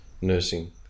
nursing